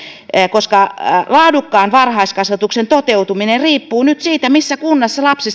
koska laadukkaan varhaiskasvatuksen toteutuminen riippuu nyt siitä missä kunnassa lapsi